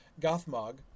Gothmog